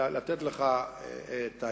לתת לך עצה,